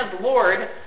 Lord